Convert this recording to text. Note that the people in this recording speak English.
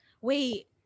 Wait